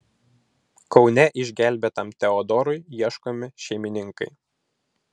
kaune išgelbėtam teodorui ieškomi šeimininkai